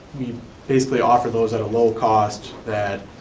we basically offer those at a low cost that,